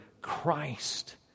Christ